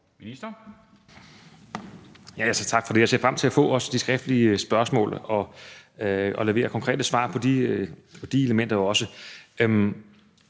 siger tak for det, og jeg ser også frem til at få de skriftlige spørgsmål og levere konkrete svar på de elementer.